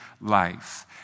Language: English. life